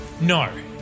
No